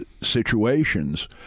situations